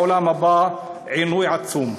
בעולם הזה יעטו קלון,